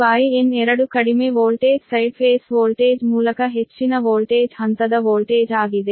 N1N2 ಕಡಿಮೆ voltage side phase voltage ಮೂಲಕ ಹೆಚ್ಚಿನ ವೋಲ್ಟೇಜ್ ಹಂತದ ವೋಲ್ಟೇಜ್ ಆಗಿದೆ